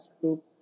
group